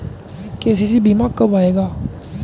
KCC बीमा कब आएगा?